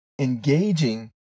Engaging